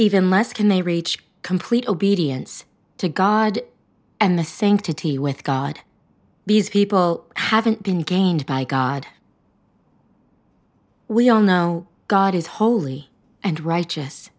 even less can they reach complete obedience to god and the same to tea with god these people haven't been gained by god we all know god is holy and righteous